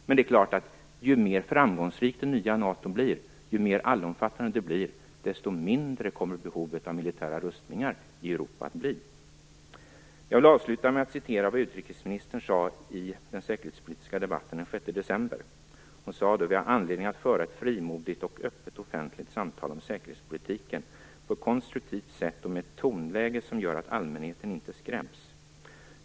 Men det är klart att ju mer framgångsrikt och allomfattande det nya NATO blir, desto mindre kommer behovet av militära rustningar i Europa att bli. Jag vill avsluta med att citera det som utrikesministern sade i den säkerhetspolitiska debatten den 6 december: "Vi har anledning att föra ett frimodigt och öppet offentligt samtal om säkerhetspolitiken, på ett konstruktivt sätt och med ett tonläge som gör att allmänheten inte skräms."